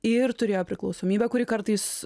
ir turėjo priklausomybę kuri kartais